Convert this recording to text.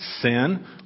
sin